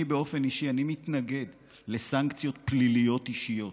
אני באופן אישי מתנגד לסנקציות פליליות אישיות